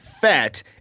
fat